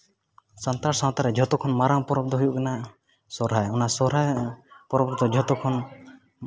ᱥᱟᱱᱛᱟᱲ ᱥᱟᱶᱛᱟ ᱨᱮ ᱡᱚᱛᱚ ᱠᱷᱚᱱ ᱢᱟᱨᱟᱝ ᱯᱚᱨᱚᱵᱽ ᱫᱚ ᱦᱩᱭᱩᱜ ᱠᱟᱱᱟ ᱥᱚᱦᱚᱨᱟᱭ ᱚᱱᱟ ᱥᱚᱦᱨᱟᱭ ᱯᱚᱨᱚᱵᱽ ᱨᱮᱫᱚ ᱡᱷᱚᱛᱚ ᱠᱷᱚᱱ